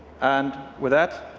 and with that,